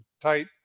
tight